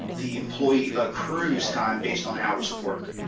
the employee accrues time based on hours of work.